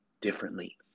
differently